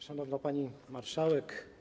Szanowna Pani Marszałek!